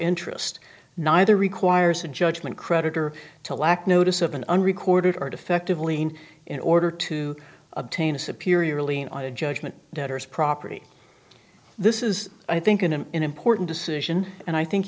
interest neither requires a judgment creditor to lack notice of an unrecorded are defective lien in order to obtain a superior lien on a judgment debtors property this is i think an important decision and i think